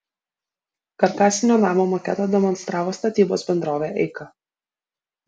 karkasinio namo maketą demonstravo statybos bendrovė eika